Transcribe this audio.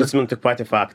atsimenu tik patį faktą